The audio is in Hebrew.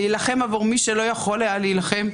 להילחם עבור מי שלא יכול היה להילחם,